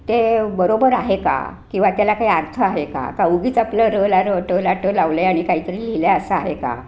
ते बरोबर आहे का किंवा त्याला काही अर्थ आहे का का उगीच आपलं र ला र ट ला ट लावलं आहे आणि काहीतरी लिहिले असं आहे का